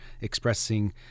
expressing